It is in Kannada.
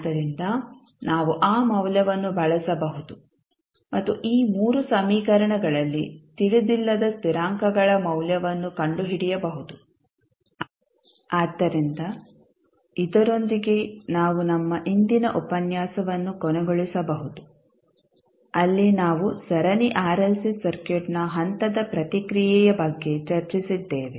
ಆದ್ದರಿಂದ ನಾವು ಆ ಮೌಲ್ಯವನ್ನು ಬಳಸಬಹುದು ಮತ್ತು ಈ ಮೂರು ಸಮೀಕರಣಗಳಲ್ಲಿ ತಿಳಿದಿಲ್ಲದ ಸ್ಥಿರಾಂಕಗಳ ಮೌಲ್ಯವನ್ನು ಕಂಡುಹಿಡಿಯಬಹುದು ಆದ್ದರಿಂದ ಇದರೊಂದಿಗೆ ನಾವು ನಮ್ಮ ಇಂದಿನ ಉಪನ್ಯಾಸವನ್ನು ಕೊನೆಗೊಳಿಸಬಹುದು ಅಲ್ಲಿ ನಾವು ಸರಣಿ ಆರ್ಎಲ್ಸಿ ಸರ್ಕ್ಯೂಟ್ನ ಹಂತದ ಪ್ರತಿಕ್ರಿಯೆಯ ಬಗ್ಗೆ ಚರ್ಚಿಸಿದ್ದೇವೆ